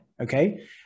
okay